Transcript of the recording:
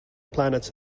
planets